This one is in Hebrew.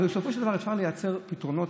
אבל בסופו של דבר אפשר לייצר פתרונות,